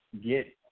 get